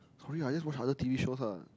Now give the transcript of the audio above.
sorry I just watch other T_V shows lah